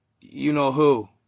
you-know-who